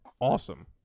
awesome